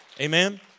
Amen